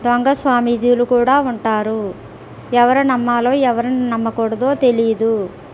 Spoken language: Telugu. దొంగ స్వామీజీలు కూడా ఉంటారు ఎవరు నమ్మాలో ఎవరిని నమ్మకూడదో తెలియదు